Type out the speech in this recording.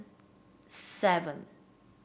seven